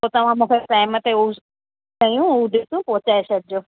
पोइ तव्हां मूंखे टाइम ते हू श शयूं हू डिशूं पहुचाए छॾिजो